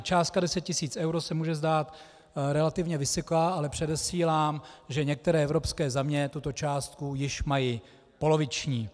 Částka 10 tisíc eur se může zdát relativně vysoká, ale předesílám, že některé evropské země tuto částku již mají poloviční.